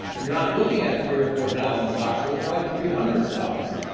you're not looking at three or four thousand stocks. you're looking at like three hundred stocks.